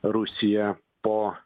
rusija po